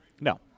No